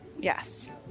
Yes